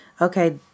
okay